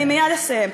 נא לסיים,